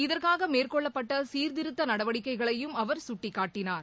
இதற்காக மேற்கொள்ளப்பட்ட சீர்திருத்த நடவடிக்கைகளையும் அவர் சுட்டிக் காட்டினார்